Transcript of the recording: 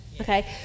Okay